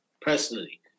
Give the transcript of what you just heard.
personally